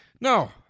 No